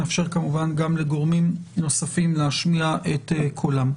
נאפשר כמובן גם לגורמים נוספים להשמיע את קולם.